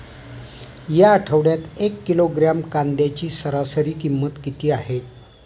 या आठवड्यात एक किलोग्रॅम कांद्याची सरासरी किंमत किती आहे?